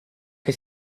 che